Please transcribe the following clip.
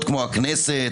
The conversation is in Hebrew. אנחנו נבקש או אתם תבקשו?